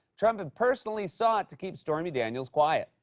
trump had personally sought to keep stormy daniels quiet.